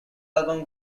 album